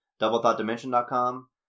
DoublethoughtDimension.com